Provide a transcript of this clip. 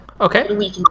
Okay